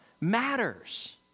matters